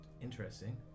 Interesting